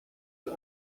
the